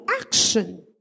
action